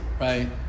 Right